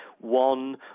one